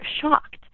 shocked